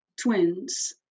twins